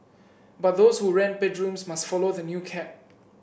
but those who rent bedrooms must follow the new cap